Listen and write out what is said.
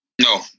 No